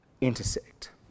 intersect